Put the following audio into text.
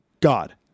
God